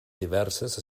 diverses